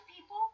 people